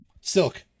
Silk